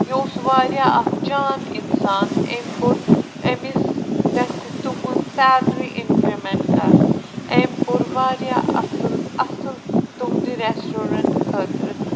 یہِ اوس وارِیاہ اکھ جان اِنسان أمۍ کوٚر أمِس گَژھِ تُہٕنٛز سیلری اِنٛکِرٛمٮ۪نٛٹ کَرٕنۍ أمۍ کوٚر وارِیاہ اصٕل اصٕل تُہنٛدِ رٮ۪سٹورٮ۪نٛٹ خٲطرٕ